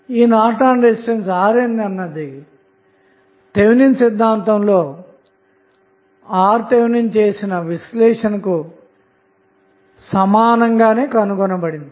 ఈ Norton resistance RNఅన్నది Thevenin సిద్ధాంతం లో RTh చేసిన విశ్లేషణ కు సమానంగానే కనుగొనబడింది